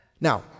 Now